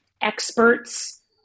experts